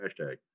hashtag